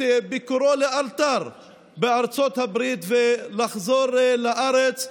ביקורו בארצות הברית לאלתר ולחזור לארץ,